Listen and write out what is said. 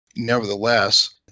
Nevertheless